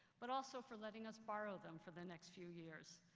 but also for letting us borrow them for the next few years.